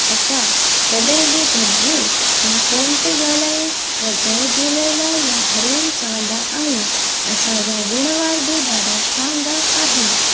असां जॾहिं बि गॾिजूं या फोन ते ॻाल्हायूं त जय झूलेलाल या हरि ऊं चवंदा आहियूं असांजा ॾिण वार बि ॾाढा शानदार आहिनि